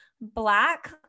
black